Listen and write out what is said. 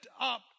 up